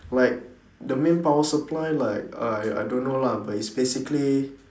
like the main power supply like uh I I don't know lah but it's basically